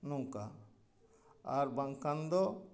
ᱱᱚᱝᱠᱟ ᱟᱨ ᱵᱟᱝᱠᱷᱟᱱ ᱫᱚ